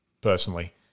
Personally